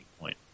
point